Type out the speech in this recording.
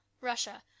russia